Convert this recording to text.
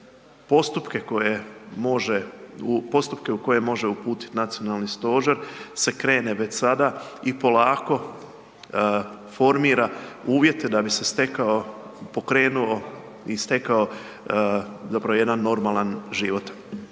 postupke u koje može uputit nacionalni stožer se krene već sada i polako formira uvjete da bi se stekao, pokrenuo i stekao zapravo jedan normalan život.